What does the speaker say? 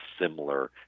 similar